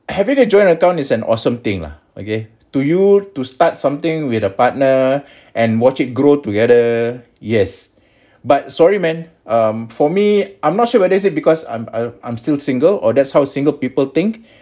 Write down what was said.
having a joint account is an awesome thing lah okay to you to start something with a partner and watch it grow together yes but sorry man um for me I'm not sure whether is it because I'm I'm I'm still single or that's how single people think